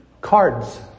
Cards